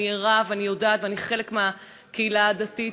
אני ערה ואני יודעת ואני חלק מהקהילה הדתית,